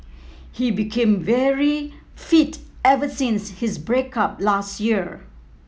he became very fit ever since his break up last year